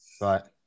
Right